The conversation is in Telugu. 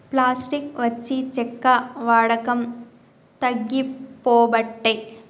పాస్టిక్ వచ్చి చెక్క వాడకం తగ్గిపోబట్టే